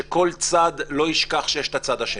שכל צד לא ישכח שיש את הצד השני.